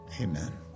amen